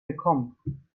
willkommen